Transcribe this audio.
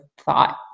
thought